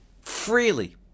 freely